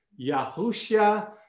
Yahushua